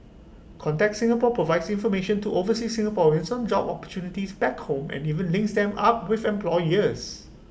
contact Singapore provides information to overseas Singaporeans on job opportunities back home and even links them up with employers